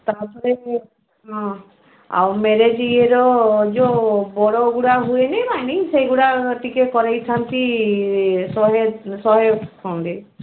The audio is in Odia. ତା'ପରେ ହଁ ଆଉ ମ୍ୟାରେଜ୍ ଇଏର ଯେଉଁ ବଡ଼ ଗୁଡ଼ା ହୁଏନି ମାନି ସେଗୁଡ଼ା ଟିକେ କରାଇଥାନ୍ତି ଶହେ ଶହେ ଖଣ୍ଡେ